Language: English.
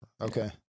okay